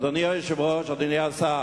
אדוני היושב-ראש, אדוני השר,